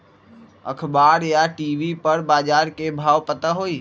अखबार या टी.वी पर बजार के भाव पता होई?